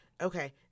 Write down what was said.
okay